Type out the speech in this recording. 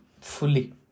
fully